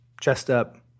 chest-up